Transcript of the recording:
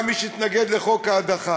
גם מי שהתנגד לחוק ההדחה,